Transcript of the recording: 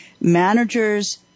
managers